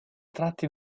tratti